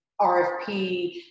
RFP